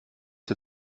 der